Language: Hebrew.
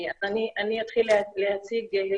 ואתחיל להציג.